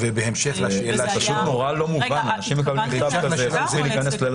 זה פשוט נורא לא מובן, אנשים ייכנסו ללחץ.